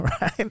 right